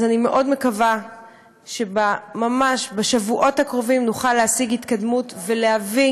אז אני מאוד מקווה שממש בשבועות הקרובים נוכל להשיג התקדמות ולהביא